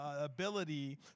ability